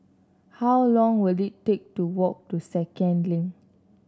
how long will it take to walk to Second Link